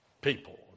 people